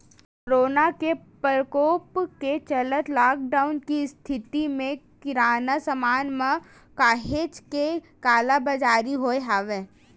corona के परकोप के चलत लॉकडाउन के इस्थिति म किराना समान मन म काहेच के कालाबजारी होय हवय